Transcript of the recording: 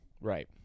Right